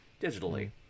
digitally